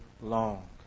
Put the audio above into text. long